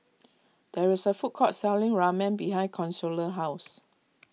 there is a food court selling Ramen behind Consuela's house